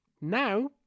Now